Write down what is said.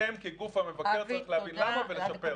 אתם כגוף המבקר צריך להבין למה ולשפר את זה.